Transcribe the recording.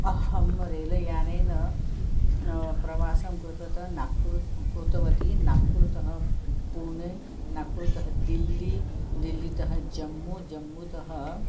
अहं रेलयानेन प्रवासं कृतवान् नागपुरं कृतवती नागपुरतः पुणे नागपुरतः दिल्ली दिल्लीतः जम्मू जम्मूतः